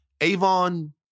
Avon